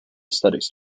studies